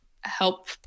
help